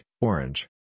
orange